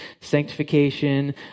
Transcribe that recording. sanctification